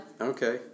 Okay